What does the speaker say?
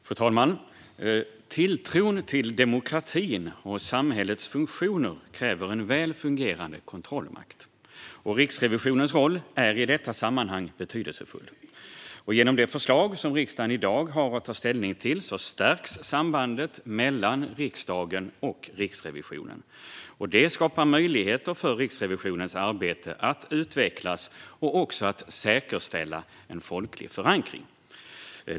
Fru talman! Tilltron till demokratin och samhällets funktioner kräver en väl fungerande kontrollmakt. Riksrevisionens roll är i detta sammanhang betydelsefull. Genom det förslag som riksdagen i dag har att ta ställning till stärks sambandet mellan riksdagen och Riksrevisionen. Detta skapar möjligheter för Riksrevisionens arbete att utvecklas och också att säkerställa en folklig förankring.